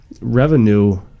revenue